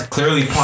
Clearly